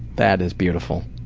that is beautiful.